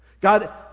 God